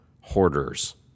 hoarders